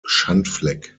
schandfleck